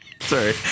Sorry